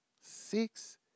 Six